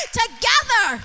together